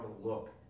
look